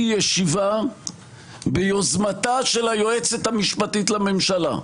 ישיבה ביוזמתה של היועצת המשפטית לממשלה,